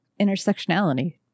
intersectionality